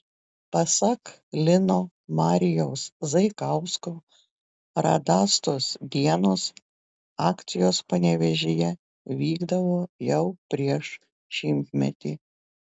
pasak lino marijaus zaikausko radastos dienos akcijos panevėžyje vykdavo jau prieš šimtmetį